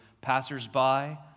passers-by